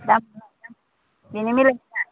दाम बेनो मिलाया